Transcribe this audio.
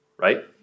right